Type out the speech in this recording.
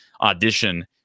audition